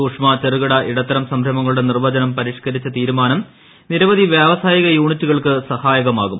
സൂക്ഷ്മ ചെറുകിട ഇടത്തരം സംരംഭങ്ങളുടെ നിർവചനം പരിഷ്കരിച്ച തീരുമാനം നിരവധി വ്യാവസായിക യൂണിറ്റുകൾക് സഹായകമാകും